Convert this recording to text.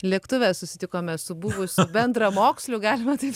lėktuve susitikome su buvusiu bendramoksliu galima taip